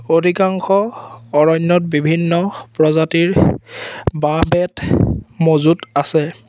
অধিকাংশ অৰণ্যত বিভিন্ন প্ৰজাতিৰ বাঁহ বেত মজুত আছে